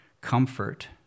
comfort